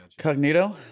Cognito